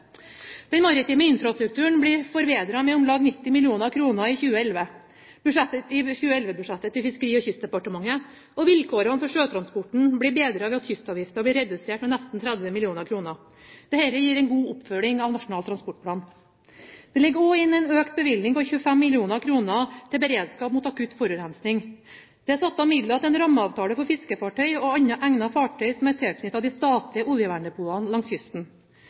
Den maritime infrastrukturen blir forbedret med om lag 90 mill. kr i 2011-budsjettet til Fiskeri- og kystdepartementet, og vilkårene for sjøtransporten blir bedret ved at kystavgiften blir redusert med nesten 30 mill. kr. Dette gir en god oppfølging av Nasjonal transportplan. Det ligger også inne en økt bevilgning på 25 mill. kr til beredskap mot akutt forurensning. Det er satt av midler til en rammeavtale for fiskefartøy og andre egnede fartøy som er tilknyttet de statlige oljeverndepotene langs kysten.